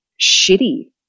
shitty